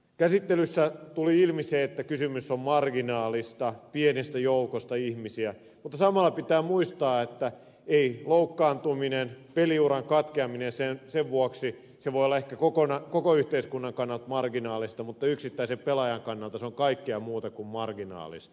käsittelyssä tuli ilmi se että kysymys on marginaalista pienestä joukosta ihmisiä mutta samalla pitää muistaa että loukkaantuminen peliuran katkeaminen sen vuoksi voi olla ehkä koko yhteiskunnan kannalta marginaalista mutta yksittäisen pelaajan kannalta se on kaikkea muuta kuin marginaalista